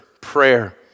prayer